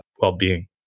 well-being